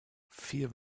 vier